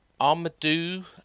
Armadou